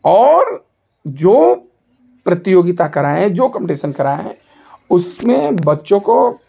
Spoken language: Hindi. और जो प्रतियोगिता कराएँ हैं जो कंपटीशन कराएँ हैं उसमें बच्चों को